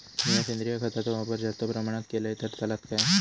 मीया सेंद्रिय खताचो वापर जास्त प्रमाणात केलय तर चलात काय?